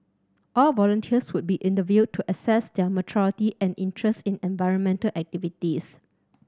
all volunteers would be interviewed to assess their maturity and interest in environmental activities